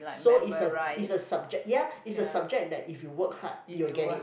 so is a is a subject ya is a subject that if you work hard you'll get it